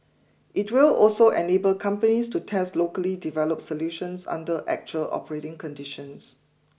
it will also enable companies to test locally developed solutions under actual operating conditions